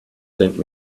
sent